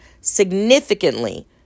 significantly